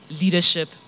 leadership